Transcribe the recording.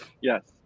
Yes